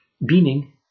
meaning